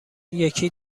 یکی